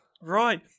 Right